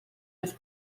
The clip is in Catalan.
més